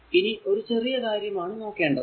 ഇനി ഒരു ചെറിയ കാര്യം ആണ് നോക്കേണ്ടത്